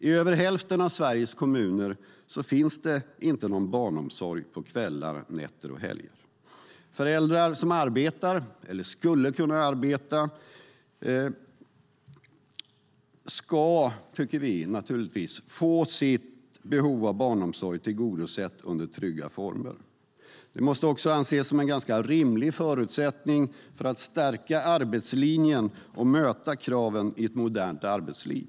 I över hälften av Sveriges kommuner finns det inte någon barnomsorg på kvällar, nätter och helger. Föräldrar som arbetar eller skulle kunna arbeta ska, tycker vi, naturligtvis få sitt behov av barnomsorg tillgodosett under trygga former. Det måste anses som en ganska rimlig förutsättning för att stärka arbetslinjen och möta kraven i ett modernt arbetsliv.